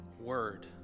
word